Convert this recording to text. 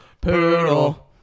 poodle